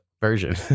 version